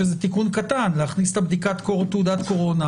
שזה תיקון קטן להכניס את תעודת הקורונה